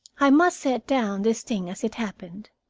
i must set down this thing as it happened.